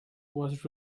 was